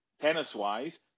tennis-wise